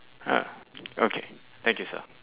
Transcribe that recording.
okay thank you sir